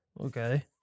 Okay